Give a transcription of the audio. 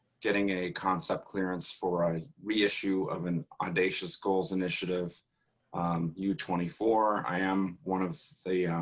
getting a concept clearance for a reissue of an audacious goals initiative u twenty four. i am one of the